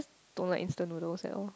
don't like instant noodle at all